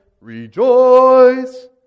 rejoice